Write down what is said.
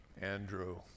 Andrew